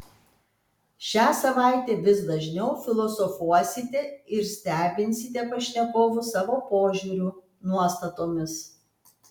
šią savaitę vis dažniau filosofuosite ir stebinsite pašnekovus savo požiūriu nuostatomis